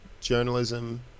journalism